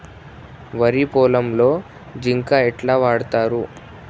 వరి పొలంలో జింక్ ఎట్లా వాడుతరు?